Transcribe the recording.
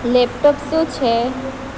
laptop શું છે